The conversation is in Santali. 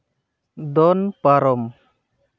ᱫᱚᱱ ᱯᱟᱨᱚᱢ